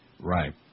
Right